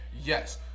Yes